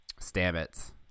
Stamets